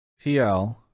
TL